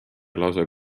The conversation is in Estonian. lausa